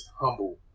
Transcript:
humble